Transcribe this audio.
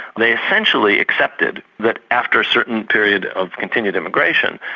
they essentially accepted that after a certain period of continued immigration,